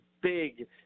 big